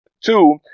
Two